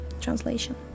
translation